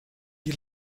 die